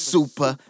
Super